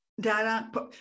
data